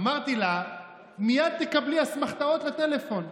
אמרתי לה: מייד תקבלי אסמכתאות בטלפון.